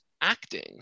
acting